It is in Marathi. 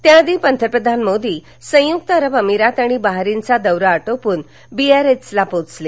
त्याआधी पंतप्रधान मोदी संयुक्त अरब अमिरात आणि बहारीनचा दौरा आटोपून बीयारेत्झला पोचले